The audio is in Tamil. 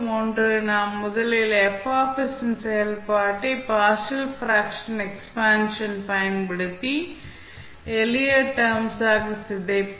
ஒன்று நாம் முதலில் F இன் செயல்பாட்டை பார்ஷியல் பிராக்க்ஷன் எக்ஸ்பான்ஷன் பயன்படுத்தி எளிய டெர்ம்ஸ் ஆக சிதைப்போம்